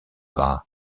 war